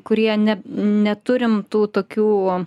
kurie ne neturim tų tokių